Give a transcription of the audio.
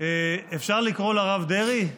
אפשר לקרוא לרב דרעי?